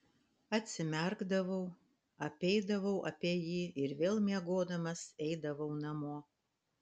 atsimerkdavau apeidavau apie jį ir vėl miegodamas eidavau namo